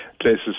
places